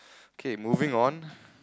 K moving on